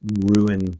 ruin